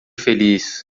feliz